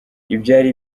ibyari